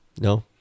No